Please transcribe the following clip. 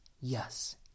yes